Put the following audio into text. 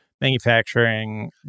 manufacturing